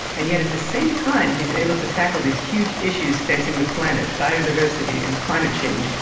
and yet at the same time he is able to tackle these huge issues facing the planet biodiversity and climate change.